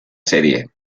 serie